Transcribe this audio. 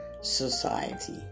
society